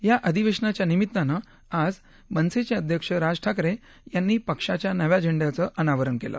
या अधिवेशनाच्या निमित्तानं आज मनसेचे अध्यक्ष राज ठाकरे यांनी पक्षाच्या नव्या झेंड्याचं अनावरण केलं